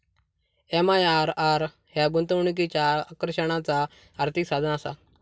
MIRR ह्या गुंतवणुकीच्या आकर्षणाचा आर्थिक साधनआसा